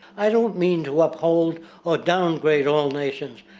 i don't mean to uphold or downgrade all nations,